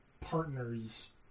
partners